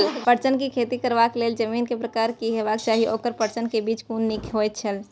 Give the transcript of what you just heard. पटसन के खेती करबाक लेल जमीन के प्रकार की होबेय चाही आओर पटसन के बीज कुन निक होऐत छल?